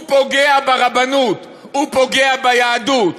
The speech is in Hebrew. הוא פוגע ברבנות, הוא פוגע ביהדות.